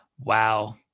Wow